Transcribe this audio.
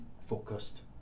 focused